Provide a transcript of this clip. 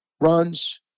runs